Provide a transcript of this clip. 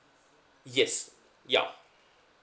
yes ya